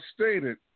stated